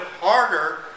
harder